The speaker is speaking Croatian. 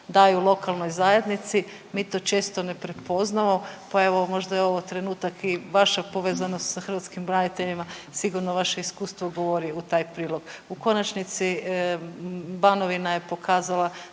daju lokalnoj zajednici. Mi to često ne prepoznamo, pa evo možda je ovo trenutak i vaše povezanosti sa hrvatskim braniteljima, sigurno vaše iskustvo govori u taj prilog. U konačnici Banovina je pokazala